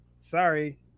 Sorry